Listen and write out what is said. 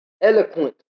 eloquent